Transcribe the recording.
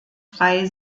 drei